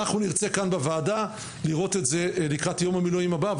אנחנו נרצה כאן בוועדה לראות את זה לקראת יום המילואים הבא.